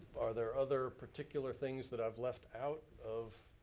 are there other particular things that i've left out of,